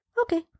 okay